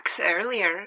earlier